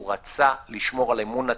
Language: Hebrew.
הוא רצה לשמור על אמון הציבור.